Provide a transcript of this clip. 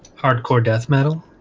hardcore death metal.